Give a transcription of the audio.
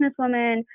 businesswoman